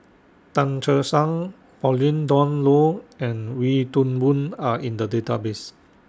Tan Che Sang Pauline Dawn Loh and Wee Toon Boon Are in The Database